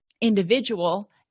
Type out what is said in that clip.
individual